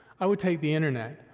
i would take the internet.